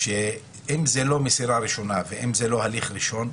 אם זאת לא מסירה ראשונה ואם זה לא הליך ראשון,